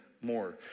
more